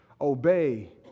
obey